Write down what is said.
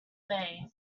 may